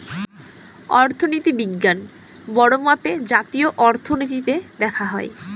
অর্থনীতি বিজ্ঞান বড়ো মাপে জাতীয় অর্থনীতিতে দেখা হয়